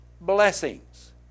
blessings